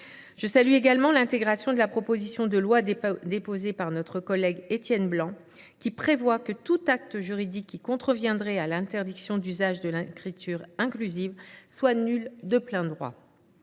Je salue également l’intégration de la proposition de loi déposée par notre collègue Étienne Blanc, qui prévoit que tout acte juridique qui contreviendrait à l’interdiction d’usage de l’écriture inclusive soit nul de plein droit.